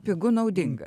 pigu naudinga